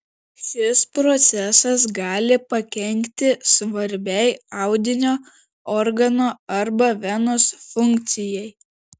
šis procesas gali pakenkti svarbiai audinio organo arba venos funkcijai